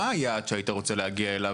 מה היעד שהיית רוצה להגיע אליו?